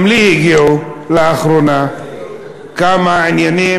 גם אלי הגיעו לאחרונה כמה עניינים,